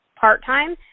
part-time